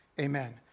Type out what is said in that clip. Amen